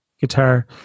guitar